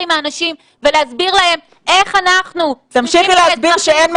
אמרנו להם תקשיבו,